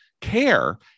care